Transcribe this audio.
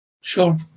sure